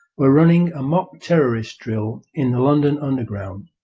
were running ah mock terrorist drill, in the london underground,